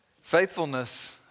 Faithfulness